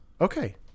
Okay